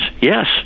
Yes